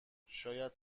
شاید